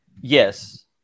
Yes